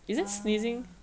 ah